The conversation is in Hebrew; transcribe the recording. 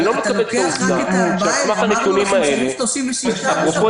אני לא מקבל כעובדה שעל סמך הנתונים האלה א-פרופו,